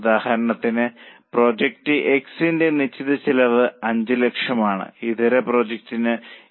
ഉദാഹരണത്തിന് project X ന്റെ നിശ്ചിത ചെലവ് 500000 ആണ് ഇതര പ്രോജക്റ്റിന് ഇത് 700000 ആണ്